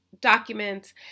documents